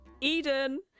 Eden